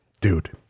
dude